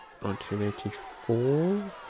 1984